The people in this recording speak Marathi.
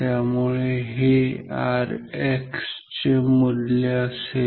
त्यामुळे हे Rx चे मूल्य असेल